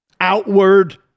outward